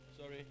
Sorry